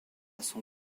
son